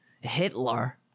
Hitler